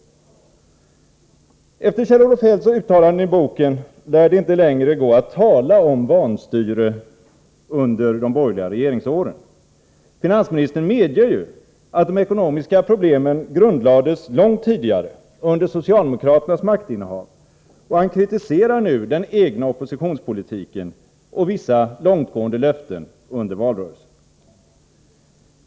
Efter Kjell-Olof Feldts uttalanden i boken lär det inte längre gå att tala om vanstyre under de borgerliga regeringsåren. Finansministern medger ju att de ekonomiska problemen grundlades långt tidigare, under socialdemokraternas maktinnehav, och han kritiserar nu den egna oppositionspolitiken och vissa långtgående löften under valrörelsen.